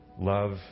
love